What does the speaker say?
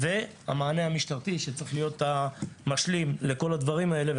המענה המשטרתי צריך להיות משלים לכל הדברים האלה,